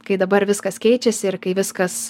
kai dabar viskas keičiasi ir kai viskas